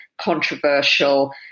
controversial